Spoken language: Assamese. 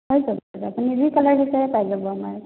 পাই যাব আপুনি যি কালাৰ বিচাৰে পাই যাব আমাৰ